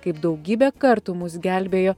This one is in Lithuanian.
kaip daugybę kartų mus gelbėjo